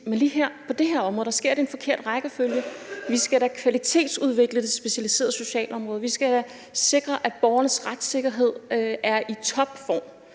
men lige på det her område sker det i en forkert rækkefølge. Vi skal da kvalitetsudvikle det specialiserede socialområde, vi skal da sikre, at borgernes retssikkerhed er i topform.